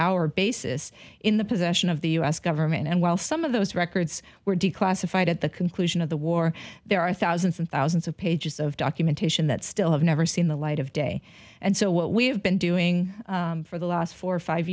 hour basis in the possession of the u s government and while some of those records were declassified at the conclusion of the war there are thousands and thousands of pages of documentation that still have never seen the light of day and so what we have been doing for the last four or five